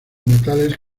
metales